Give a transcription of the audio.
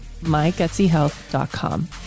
mygutsyhealth.com